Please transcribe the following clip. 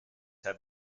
have